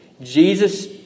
Jesus